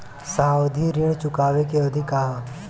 सावधि ऋण चुकावे के अवधि का ह?